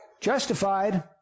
Justified